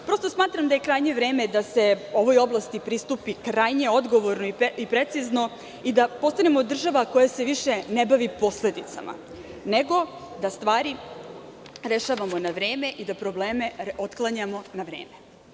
Smatram da je krajnje vreme da se ovoj oblasti pristupi odgovorno i precizno i da postanemo država koja se više ne bavi posledicama, nego da stvari rešavamo na vreme i da probleme otklanjamo na vreme.